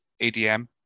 ADM